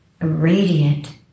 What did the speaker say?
radiant